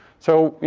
so,